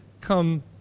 come